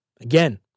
Again